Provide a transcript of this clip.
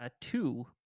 two